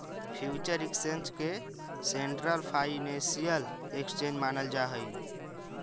future exchange के central financial exchange मानल जा हइ